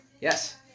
yes